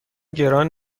گران